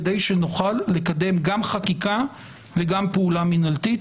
כדי שנוכל לקדם גם חקיקה וגם פעולה מנהלתית.